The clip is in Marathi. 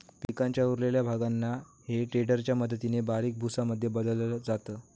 पिकाच्या उरलेल्या भागांना हे टेडर च्या मदतीने बारीक भुसा मध्ये बदलल जात